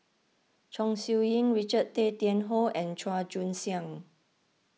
Chong Siew Ying Richard Tay Tian Hoe and Chua Joon Siang